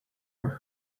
were